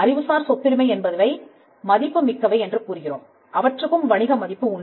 அறிவுசார் சொத்துரிமை என்பதை மதிப்பு மிக்கவை என்று கூறுகிறோம் அவற்றுக்கும் வணிக மதிப்பு உண்டு